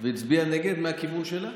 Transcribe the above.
והצביעה נגד מהכיוון שלה.